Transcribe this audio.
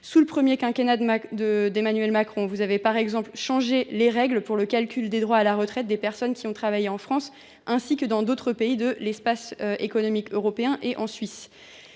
Sous le premier quinquennat d’Emmanuel Macron, le Gouvernement a par exemple modifié les règles de calcul des droits à la retraite des personnes qui ont travaillé en France ainsi que dans d’autres pays de l’espace économique européen et en Suisse.